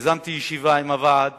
יזמתי ישיבה עם ועד